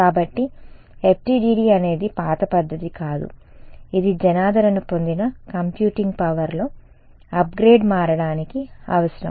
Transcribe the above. కాబట్టి FDTD అనేది పాత పద్ధతి కాదు ఇది జనాదరణ పొందిన కంప్యూటింగ్ పవర్లో అప్గ్రేడ్ మారడానికి అవసరం